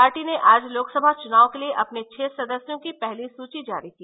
party ने आज लोकसभा चुनाव के लिए अपने छह सदस्यों की पहली सूची जारी की